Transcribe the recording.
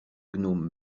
gnome